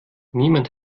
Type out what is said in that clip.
niemand